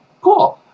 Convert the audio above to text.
Cool